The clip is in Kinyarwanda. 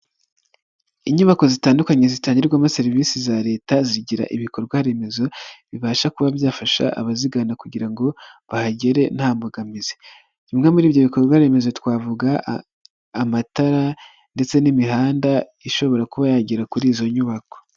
Inyubako zitandukanye zitangirwamo serivisi za leta, zigira ibikorwaremezo bibasha kuba byafasha abazigana kugira ngo bahagere nta mbogamizi. Bimwe muri ibyo bikorwa remezo twavuga amatara ndetse n'imihanda ishobora kuba yagera kuri izo nyubako.